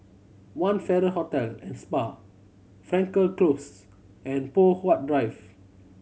One Farrer Hotel and Spa Frankel Close and Poh Huat Drive